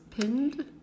Pinned